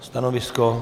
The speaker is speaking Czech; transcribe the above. Stanovisko?